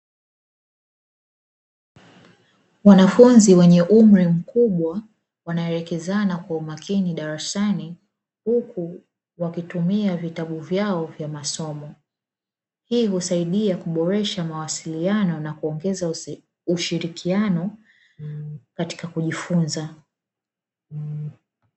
Wanafunzi wenye umri mkubwa wanaelekezana kwa umakini darasani, huku wakitumia vitabu vyao vya masomo. Hii husaidia kuboresha mawasiliano na kuongeza ushirikiano katika kujifunza.